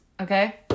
Okay